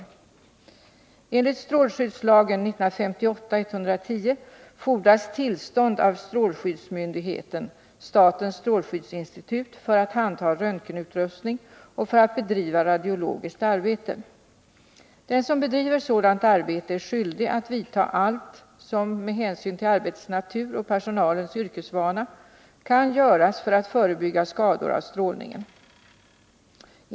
Enligt strålskyddslagen fordras tillstånd av strålskyddsmyndigheten, statens strålskyddsinstitut, för att inneha röntgenutrustning och för att bedriva radiologiskt arbete. Den som bedriver sådant arbete är skyldig att vidta allt som — med hänsyn till arbetets natur och personalens yrkesvana — kan göras för att förebygga skador av strålningen.